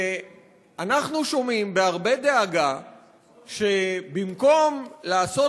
ואנחנו שומעים בהרבה דאגה שבמקום לעשות